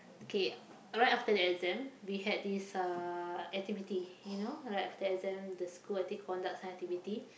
okay right after the exam we had this uh activity you know like after exam the school I think conduct some activity